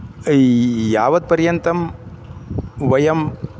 यावत् पर्यन्तं वयं